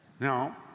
Now